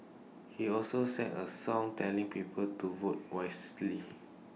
he also sang A song telling people to vote wisely